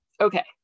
Okay